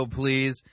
please